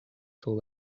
till